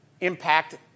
impact